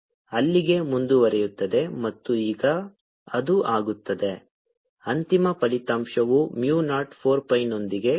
ಇದು ಅಲ್ಲಿಗೆ ಮುಂದುವರಿಯುತ್ತದೆ ಮತ್ತು ಈಗ ಅದು ಆಗುತ್ತದೆ ಅಂತಿಮ ಫಲಿತಾಂಶವು mu ನಾಟ್ 4 pi ನೊಂದಿಗೆ ಬರುತ್ತದೆ